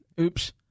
Oops